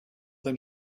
than